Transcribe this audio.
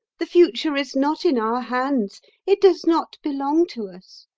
the future is not in our hands it does not belong to us.